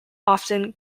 often